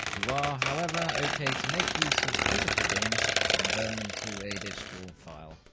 you are, however, okay to make use of physical games and burn them to a digital file.